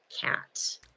cat